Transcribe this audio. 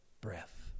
Breath